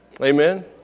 Amen